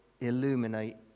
illuminate